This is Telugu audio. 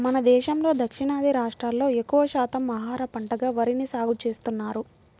మన దేశంలో దక్షిణాది రాష్ట్రాల్లో ఎక్కువ శాతం ఆహార పంటగా వరిని సాగుచేస్తున్నారు